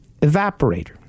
evaporator